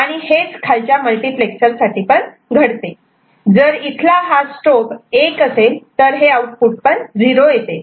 आणि हेच खालच्या मल्टीप्लेक्सरसाठीपण घडते जर इथला हा स्ट्रोब 1 असेल तर हे आउटपुट पण 0 येते